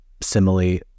simile